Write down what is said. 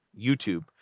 YouTube